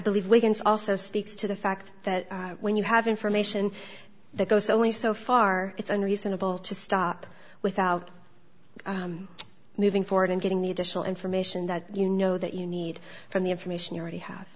believe wiggins also speaks to the fact that when you have information that goes only so far it's unreasonable to stop without moving forward and getting the additional information that you know that you need from the information you already have